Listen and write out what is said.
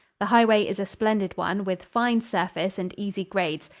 the highway is a splendid one, with fine surface and easy grades.